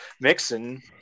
mixing